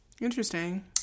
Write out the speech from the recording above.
Interesting